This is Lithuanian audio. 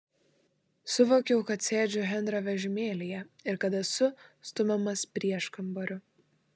suvokiau kad sėdžiu henrio vežimėlyje ir kad esu stumiamas prieškambariu